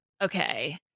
Okay